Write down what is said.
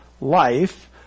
life